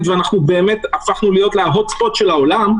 ואנחנו באמת הפכנו להיות ל-hot spot של העולם,